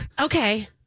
Okay